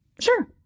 Sure